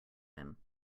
him